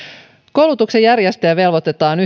koulutuksen järjestäjä velvoitetaan